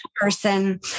person